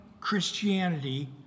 Christianity